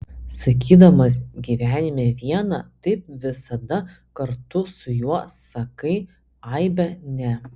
sakydamas gyvenime vieną taip visada kartu su juo sakai aibę ne